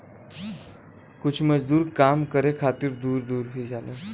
कुछ मजदूर काम करे खातिर दूर दूर भी जालन